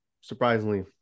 surprisingly